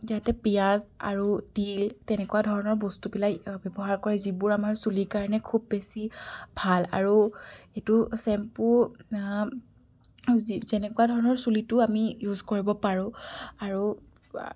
ইয়াতে পিঁয়াজ আৰু তিল তেনেকুৱা ধৰণৰ বস্তুবিলাক ব্যৱহাৰ কৰে যিবোৰ আমাৰ চুলিৰ কাৰণে খুব বেছি ভাল আৰু সেইটো শ্বেম্পু যি যেনেকুৱা ধৰণৰ চুলিতো আমি ইউজ কৰিব পাৰোঁ আৰু